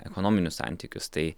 ekonominius santykius tai